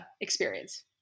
experience